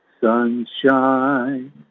Sunshine